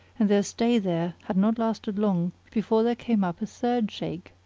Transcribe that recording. and their stay there had not lasted long before there came up a third shaykh,